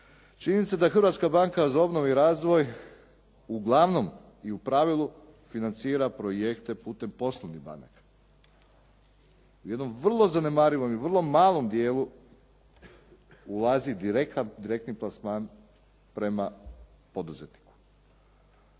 činjenica da je Hrvatska banka za obnovu i razvoj uglavnom i u pravilu financira projekte putem poslovnih banaka. U jednom vrlo zanemarivom i vrlo malom dijelu ulazi direktni plasman prema poduzetniku.